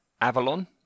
Avalon